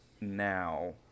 now